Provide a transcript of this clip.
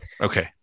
okay